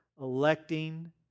electing